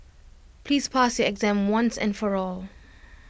please pass your exam once and for all